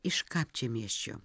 iš kapčiamiesčio